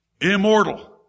immortal